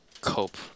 cope